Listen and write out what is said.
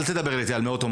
אל תדבר על מאות,